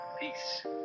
Peace